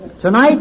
tonight